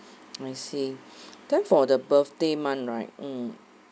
I see then for the birthday month right mm